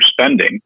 spending